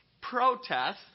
protests